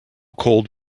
cold